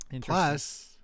Plus